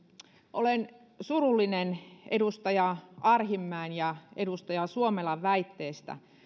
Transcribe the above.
olen surullinen edustaja arhinmäen ja edustaja suomelan väitteestä